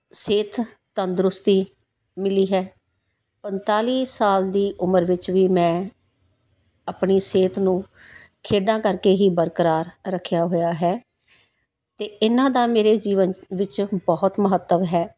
ਸਿਹਤ ਤੰਦਰੁਸਤੀ ਮਿਲੀ ਹੈ ਪੰਨਤਾਲੀ ਸਾਲ ਦੀ ਉਮਰ ਵਿੱਚ ਵੀ ਮੈਂ ਆਪਣੀ ਸਿਹਤ ਨੂੰ ਖੇਡਾਂ ਕਰਕੇ ਹੀ ਬਰਕਰਾਰ ਰੱਖਿਆ ਹੋਇਆ ਹੈ ਅਤੇ ਇਹਨਾਂ ਦਾ ਮੇਰੇ ਜੀਵਨ 'ਚ ਵਿੱਚ ਬਹੁਤ ਮਹੱਤਵ ਹੈ